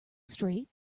straight